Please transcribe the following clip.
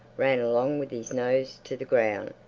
ran along with his nose to the ground,